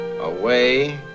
away